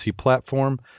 platform